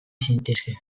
zintezke